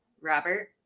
Robert